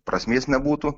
prasmės nebūtų